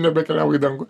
nebekeliauji į dangų